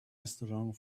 restaurant